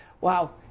wow